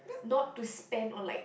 not to spend on like